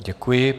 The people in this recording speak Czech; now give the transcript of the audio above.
Děkuji.